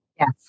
Yes